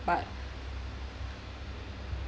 but